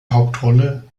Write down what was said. hauptrolle